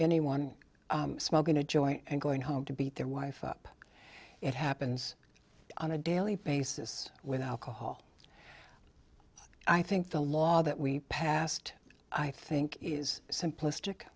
anyone small going to joint and going home to beat their wife up it happens on a daily basis with alcohol i think the law that we passed i think is simplistic